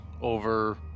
over